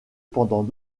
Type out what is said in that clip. pendant